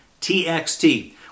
TXT